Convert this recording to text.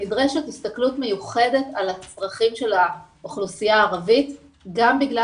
נדרשת הסתכלות מיוחדת על הצרכים של האוכלוסייה הערבית גם בגלל